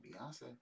Beyonce